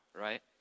right